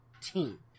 team